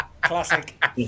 Classic